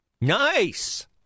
Nice